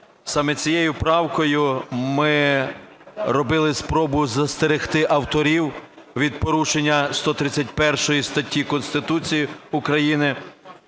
Саме цією правкою ми робили спробу застерегти авторів від порушення 131 статті Конституції України.